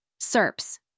SERPs